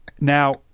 Now –